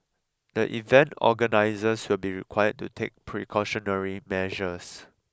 the event organisers will be required to take precautionary measures